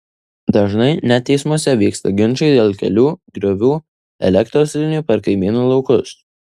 dažnai net teismuose vyksta ginčai dėl kelių griovių elektros linijų per kaimynų laukus